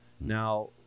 now